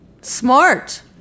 smart